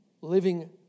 living